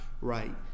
right